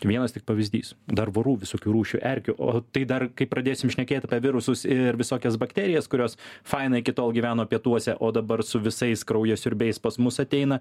vienas tik pavyzdys dar vorų visokių rūšių erkių o tai dar kai pradėsim šnekėt apie virusus ir visokias bakterijas kurios fainai iki tol gyveno pietuose o dabar su visais kraujasiurbiais pas mus ateina